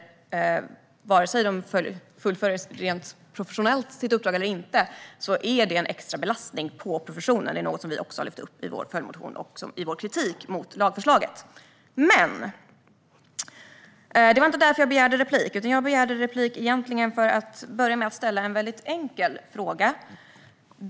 Vare sig de fullföljer sitt professionella uppdrag eller inte är detta en extrabelastning på professionen. Det har vi också lyft fram i vår följdmotion och i vår kritik mot lagförslaget. Men det var inte därför som jag begärde replik, utan det gjorde jag för att ställa en väldigt enkel fråga.